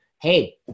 hey